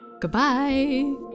Goodbye